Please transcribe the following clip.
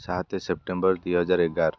ସାତେ ସେପ୍ଟେମ୍ବର ଦୁଇହଜାର ଏଗାର